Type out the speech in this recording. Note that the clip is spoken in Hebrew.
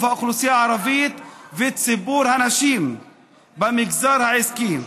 האוכלוסייה הערבית וציבור הנשים במגזר העסקי.